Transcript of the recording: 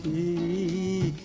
e